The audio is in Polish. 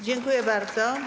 Dziękuję bardzo.